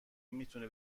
میتونه